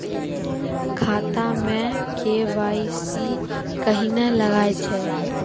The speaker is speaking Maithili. खाता मे के.वाई.सी कहिने लगय छै?